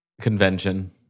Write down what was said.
Convention